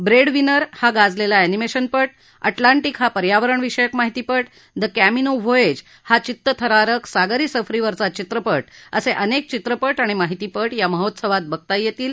bread winner हा गाजलेला animation पट अटलांटिक हा पर्यावरण विषयक माहितीपट द क्र्मिनो वोएज हा चित्तथरारक सागरी सफरीवरचा चित्रपट असे अनेक चित्रपट आणि माहितीपट या महोत्सवात बघता येतील